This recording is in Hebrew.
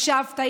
הקשבת,